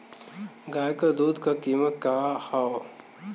गाय क दूध क कीमत का हैं?